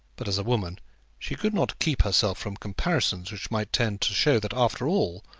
but as a woman she could not keep herself from comparisons which might tend to show that after all,